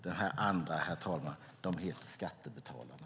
Dessa andra, herr talman, är skattebetalarna.